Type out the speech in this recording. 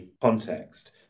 context